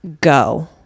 go